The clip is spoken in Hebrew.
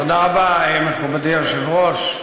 אדוני היושב-ראש,